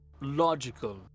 logical